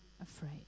afraid